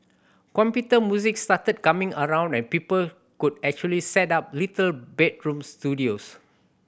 computer music started coming around and people could actually set up little bedroom studios